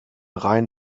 rein